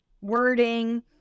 wording